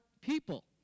people